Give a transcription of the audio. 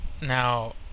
Now